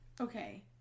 okay